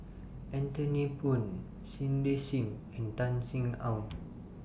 Anthony Poon Cindy SIM and Tan Sin Aun